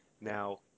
Now